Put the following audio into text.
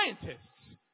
scientists